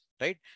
right